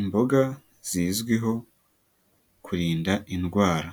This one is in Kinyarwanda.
imboga zizwiho kurinda indwara.